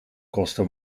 kosten